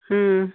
ಹ್ಞೂ